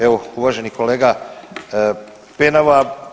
Evo, uvaženi kolega Penava.